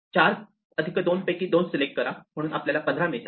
4 अधिक 2 पैकी 2 सिलेक्ट करा म्हणून आपल्याला 15 मिळतात